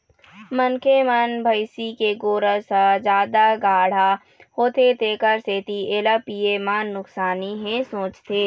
मनखे मन भइसी के गोरस ह जादा गाड़हा होथे तेखर सेती एला पीए म नुकसानी हे सोचथे